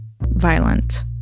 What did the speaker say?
Violent